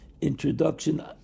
introduction